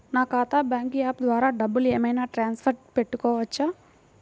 నా ఖాతా bank app ద్వారా డబ్బులు ఏమైనా ట్రాన్స్ఫర్ పెట్టుకోవచ్చా?